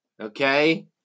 okay